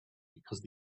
because